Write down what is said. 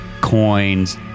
coins